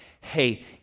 hey